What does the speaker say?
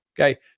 Okay